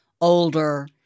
older